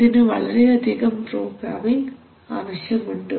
ഇതിന് വളരെയധികം പ്രോഗ്രാമിങ് ആവശ്യമുണ്ട്